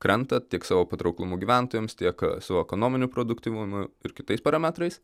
krenta tiek savo patrauklumu gyventojams tiek savo ekonominiu produktyvumu ir kitais parametrais